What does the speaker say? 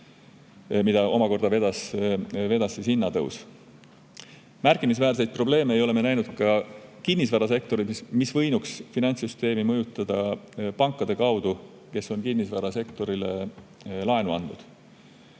mida omakorda on vedanud hinnatõus. Märkimisväärseid probleeme ei ole me näinud ka kinnisvarasektoris, mis võinuks finantssüsteemi mõjutada pankade kaudu, kes on kinnisvarasektorile laenu andnud.